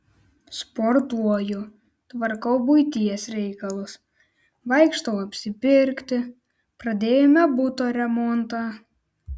sportuoju tvarkau buities reikalus vaikštau apsipirkti pradėjome buto remontą